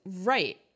right